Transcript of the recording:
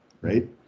Right